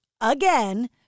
again